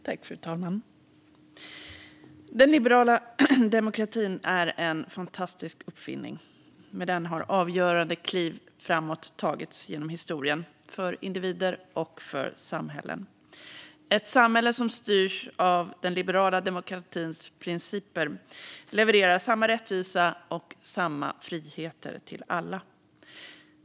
Fru talman! Den liberala demokratin är en fantastisk uppfinning. Med den har avgörande kliv framåt tagits genom historien - för individer och för samhällen. Ett samhälle som styrs av den liberala demokratins principer levererar samma rättvisa och samma friheter till alla.